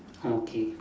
okay